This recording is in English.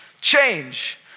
change